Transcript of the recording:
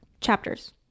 chapters